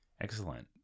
Excellent